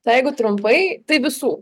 tai jeigu trumpai tai visų